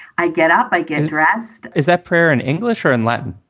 i get up, i get dressed is that prayer in english or in latin?